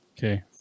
Okay